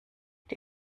die